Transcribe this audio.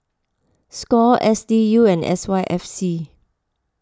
Score S D U and S Y F C